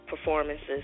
performances